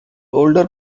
older